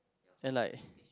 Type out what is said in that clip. and like